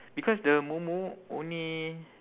because the momo only